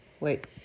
Wait